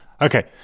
Okay